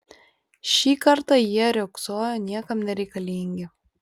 šį kartą jie riogsojo niekam nereikalingi